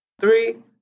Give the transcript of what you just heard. Three